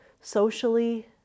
socially